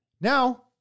now